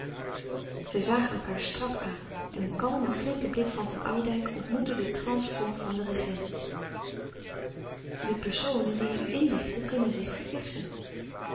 zij zagen elkaâr strak aan en de kalme flinke blik van van oudijck ontmoette den transe vonk van den regent de personen die u inlichten kunnen zich vergissen